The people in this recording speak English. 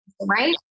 right